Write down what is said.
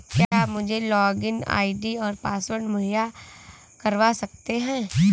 क्या आप मुझे लॉगिन आई.डी और पासवर्ड मुहैय्या करवा सकते हैं?